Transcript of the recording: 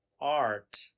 art